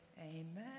Amen